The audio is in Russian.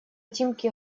тимки